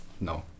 No